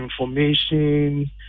information